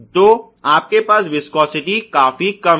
तो आपके पास विस्कोसिटी काफी कम है